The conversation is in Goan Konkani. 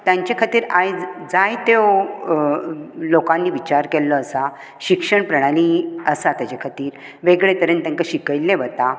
तांचे खातीर आयज जाय त्यो लोकांनी विचार केल्लो आसा शिक्षण प्रणाली आसा तेचे खातीर वेगळे तरेन तांकां शिकयल्ले वता